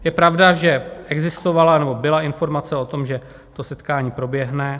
Je pravda, že existovala, nebo byla informace o tom, že to setkání proběhne.